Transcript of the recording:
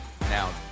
Now